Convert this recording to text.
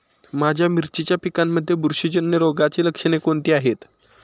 माझ्या मिरचीच्या पिकांमध्ये बुरशीजन्य रोगाची लक्षणे कोणती आहेत?